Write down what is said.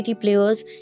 players